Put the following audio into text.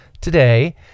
today